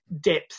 depth